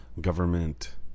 government